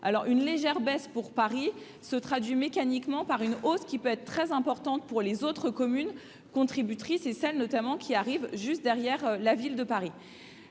alors une légère baisse pour Paris se traduit mécaniquement par une hausse qui peut être très importante pour les autres communes contributrices et celle notamment qui arrive juste derrière la ville de Paris